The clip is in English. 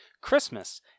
Christmas